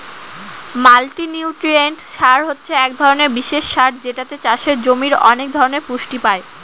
multinutrient সার হছে এক ধরনের বিশেষ সার যেটাতে চাষের জমির অনেক ধরনের পুষ্টি পাই